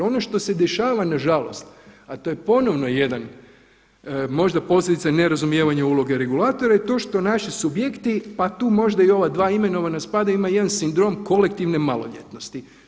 Ono što se dešava na žalost, a to je ponovno jedan, možda posljedica nerazumijevanja uloge regulatora je to što naši subjekti, pa tu možda i ova dva imenovana spadaju imaju jedan sindrom kolektivne maloljetnosti.